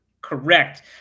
correct